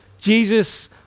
Jesus